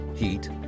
heat